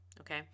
Okay